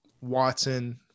Watson